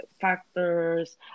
factors